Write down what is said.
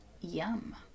Yum